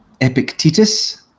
Epictetus